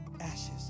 ashes